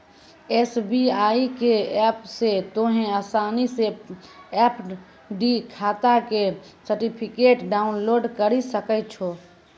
SBI के app से तोंहें असानी से एफ.डी खाता के सर्टिफिकेट डाउनलोड करि सकै छो